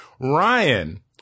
Ryan